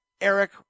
Eric